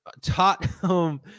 Tottenham